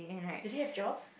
did he have jobs